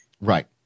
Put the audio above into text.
right